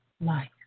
life